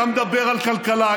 אתה מדבר על כלכלה.